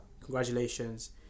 congratulations